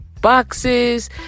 boxes